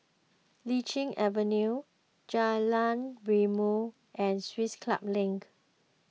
Lichi Avenue Jalan Rimau and Swiss Club Link